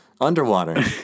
Underwater